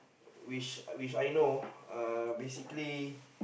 which which I know uh basically